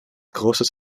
großes